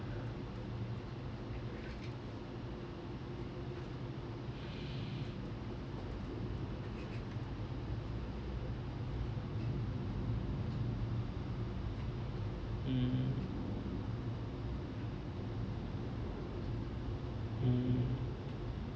mm mm